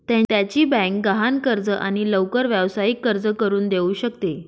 त्याची बँक गहाण कर्ज आणि लवकर व्यावसायिक कर्ज करून देऊ शकते